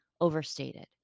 overstated